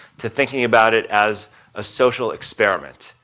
to thinking about it as a social experiment,